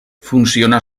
funciona